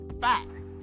facts